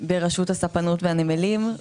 ברשות הספנות והנמלים,